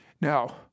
Now